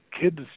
kids